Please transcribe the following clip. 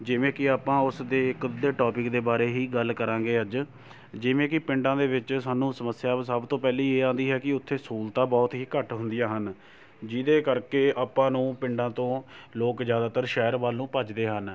ਜਿਵੇਂ ਕਿ ਆਪਾਂ ਉਸ ਦੇ ਇੱਕ ਅੱਧੇ ਟੋਪਿਕ ਦੇ ਬਾਰੇ ਹੀ ਗੱਲ ਕਰਾਂਗੇ ਅੱਜ ਜਿਵੇਂ ਕਿ ਪਿੰਡਾਂ ਦੇ ਵਿੱਚ ਸਾਨੂੰ ਸਮੱਸਿਆਵਾਂ ਸਭ ਤੋਂ ਪਹਿਲੀ ਇਹ ਆਉਂਦੀ ਹੈ ਕਿ ਉੱਥੇ ਸਹੂਲਤਾਂ ਬਹੁਤ ਹੀ ਘੱਟ ਹੁੰਦੀਆਂ ਹਨ ਜਿਹਦੇ ਕਰਕੇ ਆਪਾਂ ਨੂੰ ਪਿੰਡਾਂ ਤੋਂ ਲੋਕ ਜ਼ਿਆਦਾਤਰ ਸ਼ਹਿਰ ਵੱਲ ਨੂੰ ਭੱਜਦੇ ਹਨ